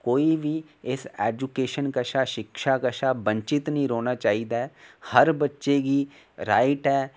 कोई बी एजूकेशन कशा जां इस शिक्षा कशा वंचित निं रौह्ना चाहिदा हर बच्चे गी राईट ऐ